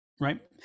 right